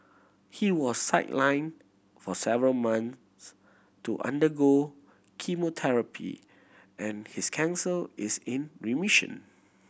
he was sidelined for several months to undergo chemotherapy and his cancer is in remission